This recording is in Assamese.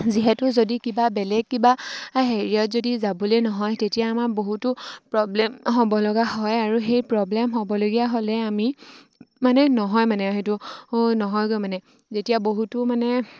যিহেতু যদি কিবা বেলেগ কিবা হেৰিয়ত যদি যাবলৈ নহয় তেতিয়া আমাৰ বহুতো প্ৰব্লেম হ'ব লগা হয় আৰু সেই প্ৰব্লেম হ'বলগীয়া হ'লে আমি মানে নহয় মানে সেইটো নহয়গৈ মানে যেতিয়া বহুতো মানে